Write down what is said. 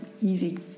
easy